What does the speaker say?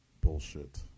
bullshit